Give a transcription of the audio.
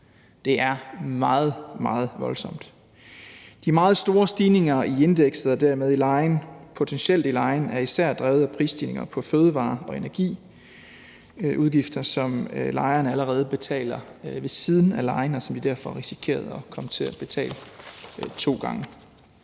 det er meget, meget voldsomt. De meget store stigninger i indekset og dermed potentielt i huslejen er især drevet af prisstigninger på fødevarer og energi. Det er udgifter, som lejerne allerede betaler ved siden af huslejen, og som de derfor risikerer at komme til at skulle betale to gange.